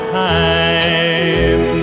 time